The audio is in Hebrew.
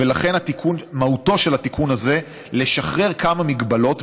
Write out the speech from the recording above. ולכן מהותו של התיקון הזה היא לשחרר כמה הגבלות,